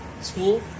school